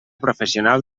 professional